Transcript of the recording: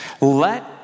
Let